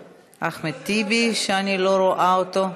אחמד טיבי, שאני לא רואה אותו.